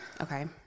okay